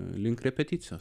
link repeticijos